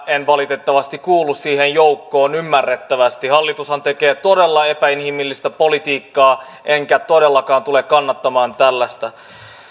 en valitettavasti kuulu siihen joukkoon ymmärrettävästi hallitushan tekee todella epäinhimillistä politiikkaa enkä todellakaan tule kannattamaan tällaista